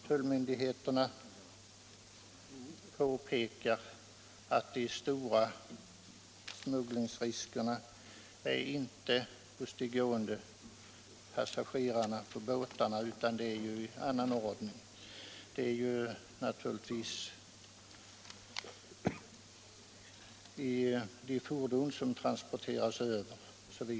Tullmyndigheterna påpekar att det inte är hos de gående passagerarna på båtarna som de stora smugglingsriskerna finns utan hos de fordon som transporteras över.